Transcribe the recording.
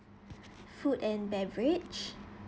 food and beverage